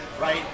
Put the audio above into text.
right